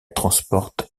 transporte